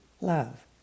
love